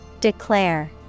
Declare